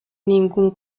ningún